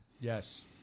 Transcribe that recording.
Yes